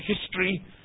history